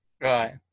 Right